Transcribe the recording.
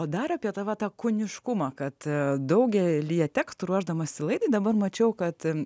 o dar apie tavo tą kūniškumą kad daugelyje tekstų ruošdamasi laidai dabar mačiau kad